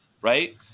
right